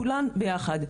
כולן ביחד,